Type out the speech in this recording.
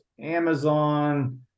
Amazon